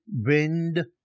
wind